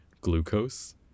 glucose